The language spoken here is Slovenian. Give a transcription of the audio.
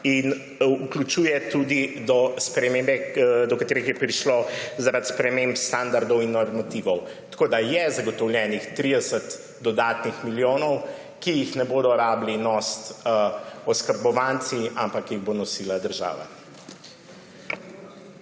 in vključuje tudi spremembe, do katerih je prišlo zaradi sprememb standardov in normativov. Tako da je zagotovljenih 30 dodatnih milijonov, ki jih ne bodo nosili oskrbovanci, ampak jih bo nosila država.